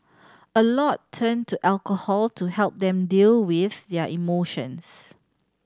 a lot turn to alcohol to help them deal with their emotions